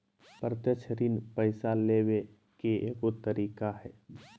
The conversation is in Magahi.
प्रत्यक्ष ऋण पैसा लेबे के एगो तरीका हइ